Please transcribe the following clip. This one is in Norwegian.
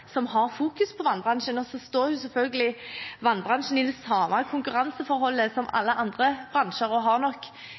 som har fokus på vannbransjen. Så står selvfølgelig vannbransjen i det samme konkurranseforholdet som alle andre bransjer og har nok